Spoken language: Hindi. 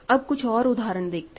अब कुछ और उदाहरण देखते हैं